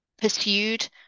pursued